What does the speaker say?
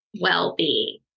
well-being